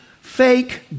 fake